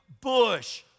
bush